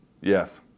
Yes